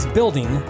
Building